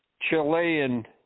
Chilean